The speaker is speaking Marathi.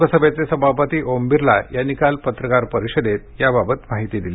लोकसभेचे सभापती ओम बिर्ला यांनी काल पत्रकार परिषदेत याबाबत माहिती दिली